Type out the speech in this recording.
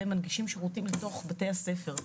ומנגישים שירותים לתוך בתי הספר.